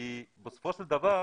בסופו של דבר